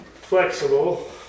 flexible